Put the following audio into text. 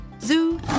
Zoo